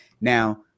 Now